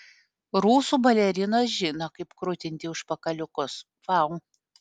rusų balerinos žino kaip krutinti užpakaliukus vau